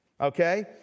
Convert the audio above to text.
okay